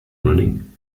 running